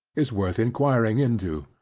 is worth enquiring into,